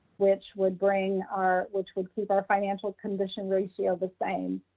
which would bring our, which would keep our financial condition ratio the same.